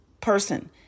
person